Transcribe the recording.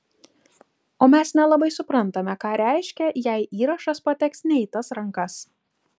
o mes nelabai suprantame ką reiškia jei įrašas pateks ne į tas rankas